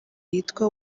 yitwa